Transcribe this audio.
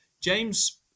James